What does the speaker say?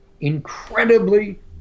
incredibly